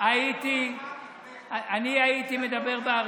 הייתי מדבר באריכות,